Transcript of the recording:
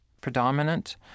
predominant